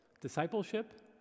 Discipleship